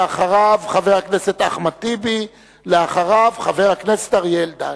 חבר הכנסת אחמד טיבי וחבר הכנסת אריה אלדד.